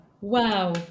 Wow